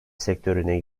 sektörüne